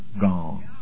gone